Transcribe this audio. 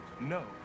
no